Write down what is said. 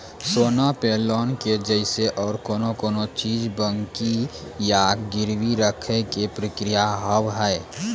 सोना पे लोन के जैसे और कौन कौन चीज बंकी या गिरवी रखे के प्रक्रिया हाव हाय?